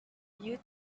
you